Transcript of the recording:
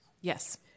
Yes